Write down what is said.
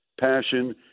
passion